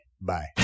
bye